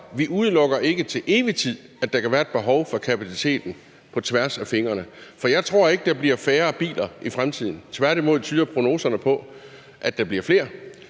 Vi udelukker ikke til evig tid, at der kan blive et behov for mere kapacitet på tværs af fingrene. For jeg tror ikke, at der bliver færre biler i fremtiden – tværtimod tyder prognoserne på, at der bliver flere.